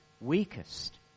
weakest